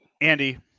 Andy